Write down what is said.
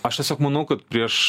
aš tiesiog manau kad prieš